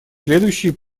следующие